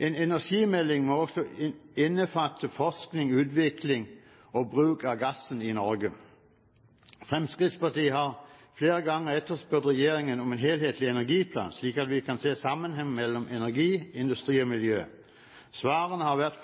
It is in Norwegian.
En energimelding må også innbefatte forskning, utvikling og bruk av gassen i Norge. Fremskrittspartiet har flere ganger etterspurt en helhetlig energiplan fra regjeringen, slik at vi kan se sammenhengen mellom energi, industri og miljø. Svarene har vært